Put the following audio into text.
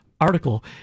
article